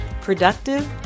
productive